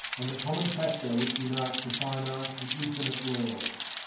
and the common factor which unites the finite and infinite worlds.